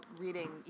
reading